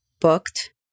booked